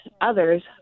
others